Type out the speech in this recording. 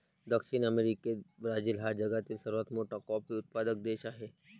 दक्षिण अमेरिकेत ब्राझील हा जगातील सर्वात मोठा कॉफी उत्पादक देश आहे